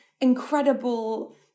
incredible